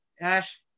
Ash